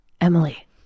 Emily